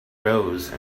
rose